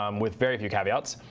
um with very few caveats.